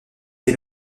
été